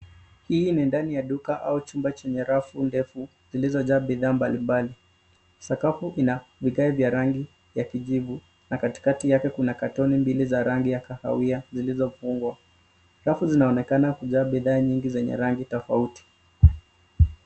Hii ni ndani ya duka au chumba chenye rafu ndefu zilizojaa bidhaa mbalimbali. Sakafu ina vigae vya rangi ya kijivu na katikati yake kuna carton mbili za rangi ya kahawia zilizofungwa. Safu zinaonekana kujaa bidhaa nyingi zenye rangi tofauti.